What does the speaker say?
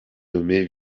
nommé